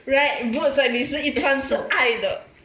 right boots like 你是一穿是爱的